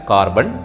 Carbon